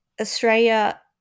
Australia